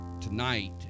tonight